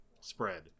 spread